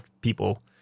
people